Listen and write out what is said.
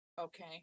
okay